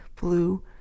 blue